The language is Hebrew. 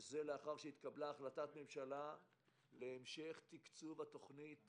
זה לאחר שהתקבלה החלטת ממשלה להמשך תקצוב התוכנית